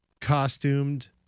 costumed